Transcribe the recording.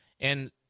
And-